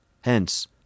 Hence